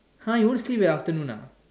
!huh! you won't sleep at afternoon ah